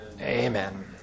Amen